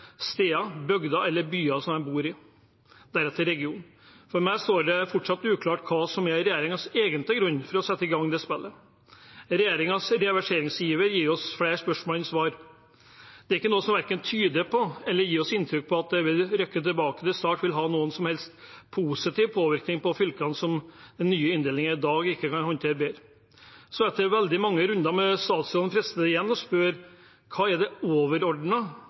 bor i – deretter regionen. For meg står det fortsatt uklart hva som er regjeringens egentlige grunn for å sette i gang det spillet. Regjeringens reverseringsiver gir oss flere spørsmål enn svar. Det er ikke noe som verken tyder på eller gir oss inntrykk av at det å rykke tilbake til start vil ha noen som helst positiv påvirkning på fylkene eller som den nye inndelingen i dag ikke kan håndtere bedre. Etter veldig mange runder med statsråden er det fristende igjen å spørre: Hva er det